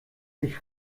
sich